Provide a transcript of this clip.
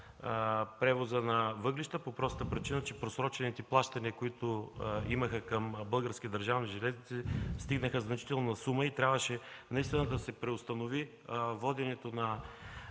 превоза на въглища по простата причина, че просрочените плащания, които имаше към Български държавни железници стигнаха значителна сума и трябваше наистина да се преустанови возенето на